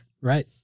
Right